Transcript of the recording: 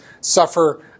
suffer